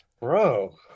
bro